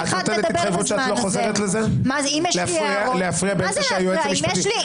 הצבעה לא אושרו.